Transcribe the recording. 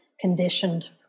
conditioned